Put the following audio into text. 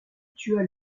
tua